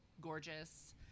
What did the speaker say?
gorgeous